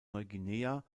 neuguinea